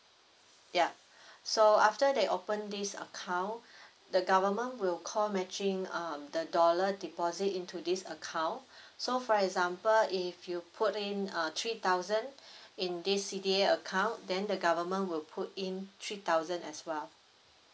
yup so after they open this account the government will co matching um the dollar deposit into this account so for example if you put in uh three thousand in this C_D_A account then the government will put in three thousand as well